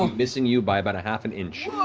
um missing you by about a half an inch.